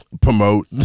Promote